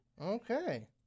Okay